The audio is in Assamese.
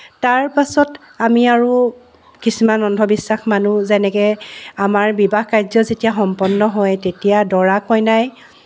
তাৰপাছত আমি আৰু কিছুমান অন্ধবিশ্বাস মানো যেনেকৈ আমাৰ বিবাহকাৰ্য যেতিয়া সম্পন্ন হয় তেতিয়া দৰা কইনাই